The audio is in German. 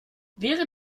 wäre